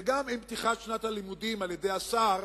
ועם פתיחת שנת הלימודים, גם על-ידי השר,